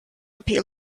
appeal